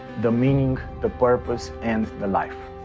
the meaning, the purpose and the life.